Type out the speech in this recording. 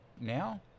now